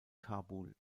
kabul